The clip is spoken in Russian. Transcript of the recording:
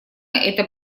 это